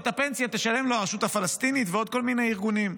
ואת הפנסיה תשלם לו הרשות הפלסטינית ועוד כל מיני ארגונים.